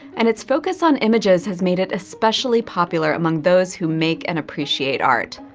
and its focus on images has made it especially popular among those who make and appreciate art.